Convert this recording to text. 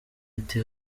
ati